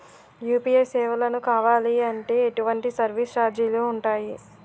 UPI సేవలను కావాలి అంటే ఎటువంటి సర్విస్ ఛార్జీలు ఉంటాయి?